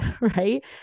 Right